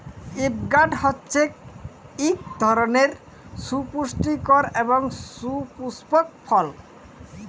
avocado হছে ইক ধরলের সুপুষ্টিকর এবং সুপুস্পক ফল